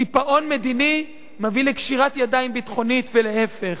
קיפאון מדיני מביא לקשירת ידיים ביטחונית, ולהיפך.